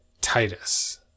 Titus